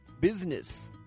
business